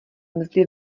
mzdy